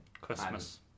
Christmas